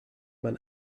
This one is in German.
man